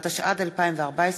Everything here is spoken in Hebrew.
התשע"ד 2014,